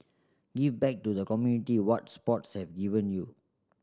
give back to the community what sports have given you